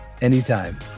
Anytime